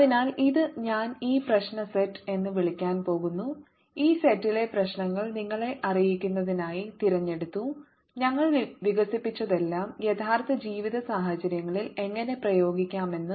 അതിനാൽ ഇത് ഞാൻ ഈ പ്രശ്ന സെറ്റ് എന്ന് വിളിക്കാൻ പോകുന്നു ഈ സെറ്റിലെ പ്രശ്നങ്ങൾ നിങ്ങളെ അറിയിക്കുന്നതിനായി തിരഞ്ഞെടുത്തു ഞങ്ങൾ വികസിപ്പിച്ചതെല്ലാം യഥാർത്ഥ ജീവിത സാഹചര്യങ്ങളിൽ എങ്ങനെ പ്രയോഗിക്കാമെന്ന്